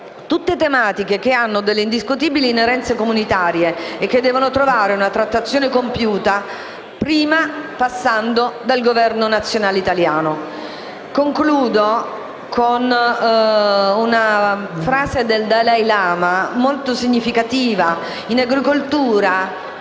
tutte tematiche che hanno delle indiscutibili inerenze comunitarie e che devono trovare una trattazione compiuta prima passando dal Governo nazionale. Concludo con una frase del Dalai Lama molto significativa: «Penso che in agricoltura